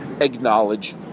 acknowledge